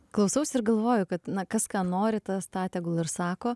klausausi ir galvoju kad na kas ką nori tas tą tegul ir sako